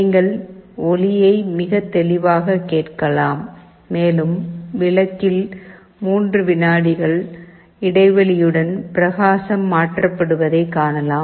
நீங்கள் ஒலியை மிகத் தெளிவாகக் கேட்கலாம் மேலும் விளக்கில் 3 விநாடிகள் இடைவெளியுடன் பிரகாசம் மாற்றப்படுவதை காணலாம்